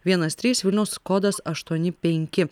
vienas trys vilniaus kodas aštuoni penki